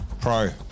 Pro